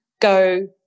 go